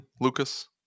Lucas